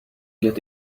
get